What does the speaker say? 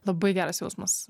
labai geras jausmas